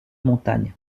montagne